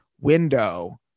window